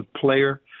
player